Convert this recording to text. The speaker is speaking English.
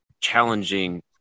challenging